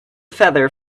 feather